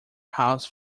house